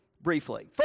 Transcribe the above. briefly